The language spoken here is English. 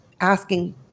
asking